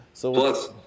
Plus